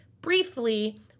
briefly